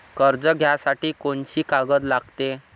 कर्ज घ्यासाठी कोनची कागद लागते?